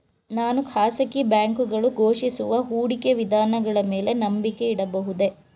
ನಾನು ಖಾಸಗಿ ಬ್ಯಾಂಕುಗಳು ಘೋಷಿಸುವ ಹೂಡಿಕೆ ವಿಧಾನಗಳ ಮೇಲೆ ನಂಬಿಕೆ ಇಡಬಹುದೇ?